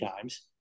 times